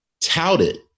touted